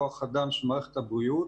כוח אדם של מערכת הבריאות,